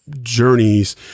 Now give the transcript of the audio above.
journeys